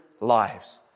lives